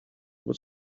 with